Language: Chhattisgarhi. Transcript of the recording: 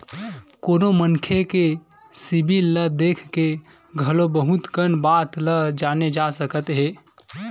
कोनो मनखे के सिबिल ल देख के घलो बहुत कन बात ल जाने जा सकत हे